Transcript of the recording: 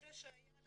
מקרה שהיה לה